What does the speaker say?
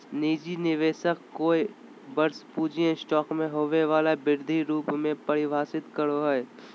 निजी निवेशक कोय वर्ष पूँजी स्टॉक में होबो वला वृद्धि रूप में परिभाषित करो हइ